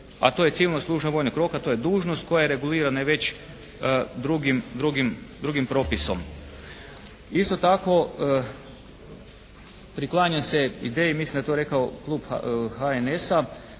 a to je civilno služenje vojnog roka. To je dužnost koja je regulirana i već drugim propisom. Isto tako priklanjam se ideji, mislim da je to rekao klub HNS-a